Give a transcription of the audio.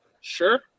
Sure